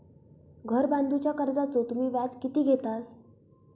घर बांधूच्या कर्जाचो तुम्ही व्याज किती घेतास?